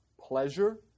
pleasure